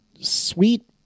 sweet